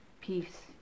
peace